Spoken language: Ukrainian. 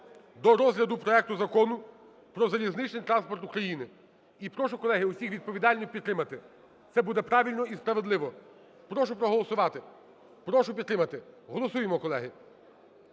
до розгляду проекту Закону про залізничний транспорт України. І прошу, колеги, всіх відповідально підтримати. Це буде правильно і справедливо. Прошу проголосувати, прошу підтримати. Голосуємо, колеги.